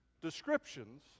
descriptions